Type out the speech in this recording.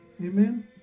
Amen